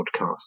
podcast